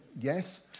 yes